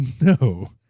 No